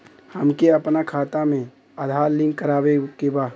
हमके अपना खाता में आधार लिंक करावे के बा?